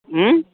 మ్మ్